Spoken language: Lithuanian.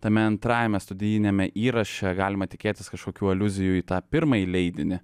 tame antrajame studijiniame įraše galima tikėtis kažkokių aliuzijų į tą pirmąjį leidinį